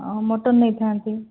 ହଁ ମଟନ୍ ନେଇଥାନ୍ତି